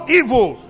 evil